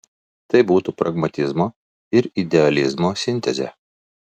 tai būtų pragmatizmo ir idealizmo sintezė